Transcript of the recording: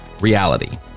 Reality